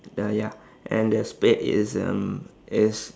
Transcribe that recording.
the ya and the spade is um is